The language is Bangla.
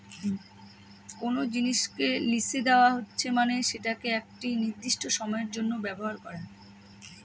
কোনো জিনিসকে লিসে দেওয়া হচ্ছে মানে সেটাকে একটি নির্দিষ্ট সময়ের জন্য ব্যবহার করা